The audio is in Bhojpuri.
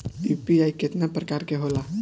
यू.पी.आई केतना प्रकार के होला?